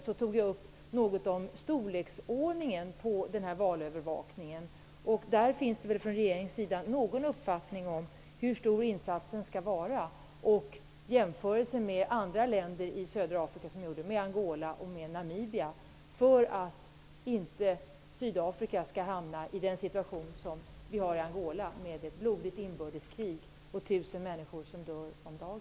Jag tog upp något om storleksordningen av valövervakningen. Det finns väl någon uppfattning från regeringens sida om hur stor insatsen skall vara? Det går att göra jämförelser med andra länder i södra Afrika, t.ex. Angola och Namibia. Sydafrika skall inte behöva hamna i samma situation som i Angola med ett blodigt inbördeskrig och tusen människor som dör varje dag.